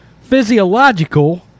physiological